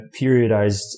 periodized